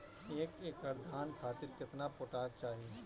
एक एकड़ धान खातिर केतना पोटाश चाही?